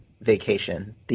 vacation